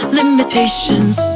limitations